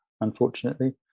unfortunately